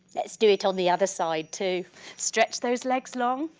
let's do it on the other side too stretch those legs long,